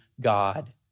God